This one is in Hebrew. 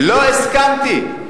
לא הסכמתי.